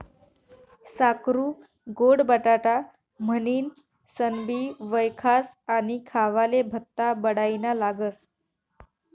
साकरु गोड बटाटा म्हनीनसनबी वयखास आणि खावाले भल्ता बडाईना लागस